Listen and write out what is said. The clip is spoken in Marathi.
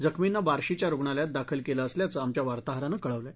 जखमींना बार्शीच्या रुग्णालयात दाखल केलं असल्याचं आमच्या वार्ताहरानं कळवलं आहे